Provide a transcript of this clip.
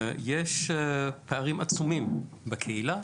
יש פערים עצומים בקהילה,